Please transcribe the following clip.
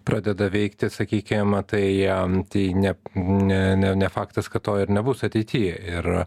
pradeda veikti sakykim tai tai ne ne ne ne faktas kad to ir nebus ateity ir